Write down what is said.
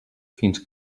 fins